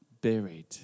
buried